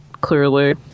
Clearly